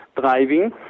driving